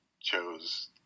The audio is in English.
chose